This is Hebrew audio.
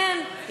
כן,